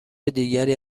دیگری